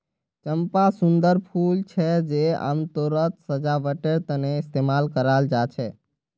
चंपा सुंदर फूल छे जे आमतौरत सजावटेर तने इस्तेमाल कराल जा छे